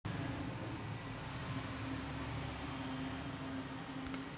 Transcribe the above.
भारतीय महसूल सेवेचे मुख्यालय भारताच्या दिल्ली येथे आहे